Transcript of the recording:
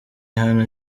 hano